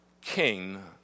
King